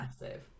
massive